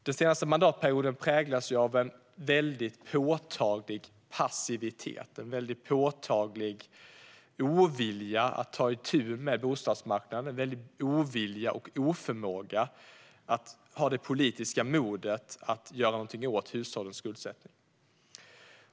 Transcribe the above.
Den senaste mandatperioden har präglats av en påtaglig passivitet och en ovilja att ta itu med bostadsmarknaden liksom en väldig ovilja och oförmåga till politiskt mod att göra någonting åt hushållens skuldsättning.